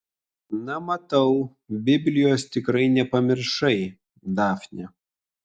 na matau biblijos tikrai nepamiršai dafne